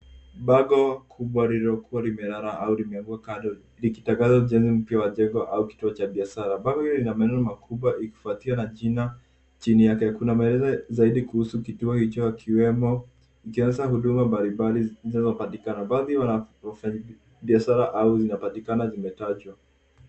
Bango kubwa lililokuwa limelala au limeanguka kando likitangaza ujenzi mpya wa jengo au kituo cha biashara. Bango hili lina maneno makubwa ikifuatiwa na jina chini yake. Kuna maelezo zaidi kuhusu kituo hicho yakiwemo ikianza huduma mbalimbali zinazopatikana baadhi ya wana- wafanyibiashara au zinapatikana zimetajwa.